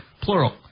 plural